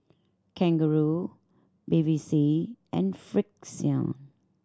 Kangaroo Bevy C and Frixion